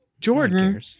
Jordan